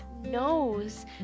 knows